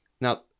Now